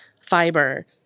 fiber